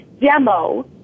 demo